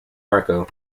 marco